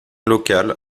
locale